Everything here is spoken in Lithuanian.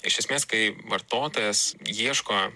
iš esmės kai vartotojas ieško